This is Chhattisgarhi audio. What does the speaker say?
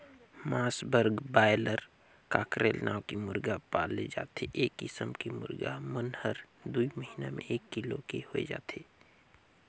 मांस बर बायलर, कॉकरेल नांव के मुरगा पाले जाथे ए किसम के मुरगा मन हर दूई महिना में एक किलो के होय जाथे